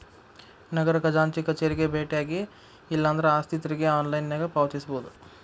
ನಗರ ಖಜಾಂಚಿ ಕಚೇರಿಗೆ ಬೆಟ್ಟ್ಯಾಗಿ ಇಲ್ಲಾಂದ್ರ ಆಸ್ತಿ ತೆರಿಗೆ ಆನ್ಲೈನ್ನ್ಯಾಗ ಪಾವತಿಸಬೋದ